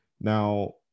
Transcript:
Now